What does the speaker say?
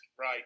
right